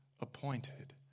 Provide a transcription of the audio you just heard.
appointed